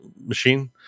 machine